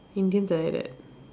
Indians are like that